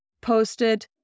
posted